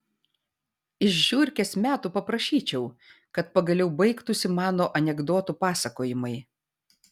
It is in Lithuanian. iš žiurkės metų paprašyčiau kad pagaliau baigtųsi mano anekdotų pasakojimai